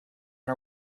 our